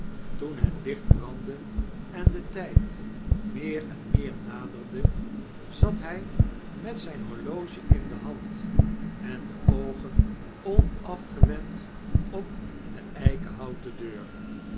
toen het licht brandde en de tjd meer en meer naderde zat hornet zyn horloge in de hand en de oogen onafgewend op de eikenhouten deur